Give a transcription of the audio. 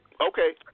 Okay